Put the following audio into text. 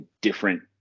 different